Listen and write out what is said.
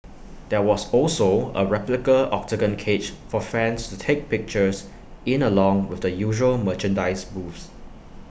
there was also A replica Octagon cage for fans to take pictures in along with the usual merchandise booths